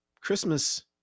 Christmas